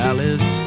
Alice